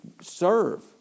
serve